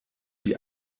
die